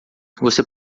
você